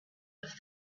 have